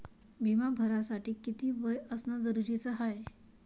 बिमा भरासाठी किती वय असनं जरुरीच हाय?